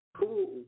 cool